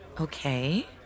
Okay